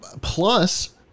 plus